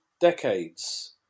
decades